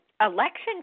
Election